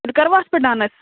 تیٚلہِ کروٕ اَتھ پٮ۪ٹھ ڈَن أسۍ